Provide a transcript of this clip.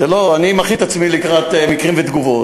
אני מכין את עצמי לקראת מקרים ותגובות.